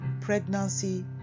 pregnancy